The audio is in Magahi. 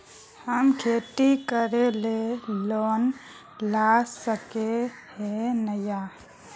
हम खेती करे ले लोन ला सके है नय?